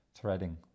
Threading